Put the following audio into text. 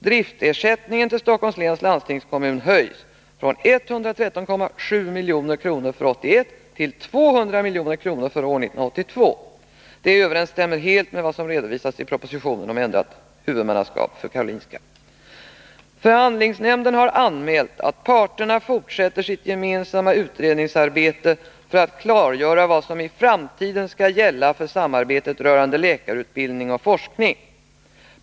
Driftersättningen till Stockholms läns landstingskommun höjs från 113,7 milj.kr. för år 1981 till 200 milj.kr. för år 1982. Detta överensstämmer helt med vad som redovisats i propositionen om ändrat huvudmannaskap för KS. Förhandlingsnämnden har anmält att parterna fortsätter sitt gemensamma utredningsarbete för att klargöra vad som i framtiden skall gälla för samarbetet rörande läkarutbildning och forskning.